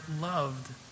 loved